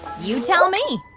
you tell me